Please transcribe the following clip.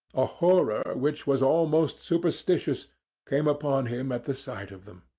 a horror which was almost superstitious came upon him at the sight of them.